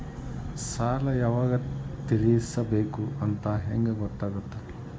ಸಾಲ ಯಾವಾಗ ತೇರಿಸಬೇಕು ಅಂತ ಹೆಂಗ್ ಗೊತ್ತಾಗುತ್ತಾ?